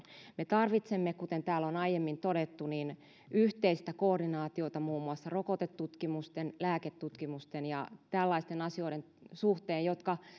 me tarvitsemme kuten täällä on aiemmin todettu yhteistä koordinaatiota muun muassa rokotetutkimusten lääketutkimusten ja tällaisten asioiden suhteen jotka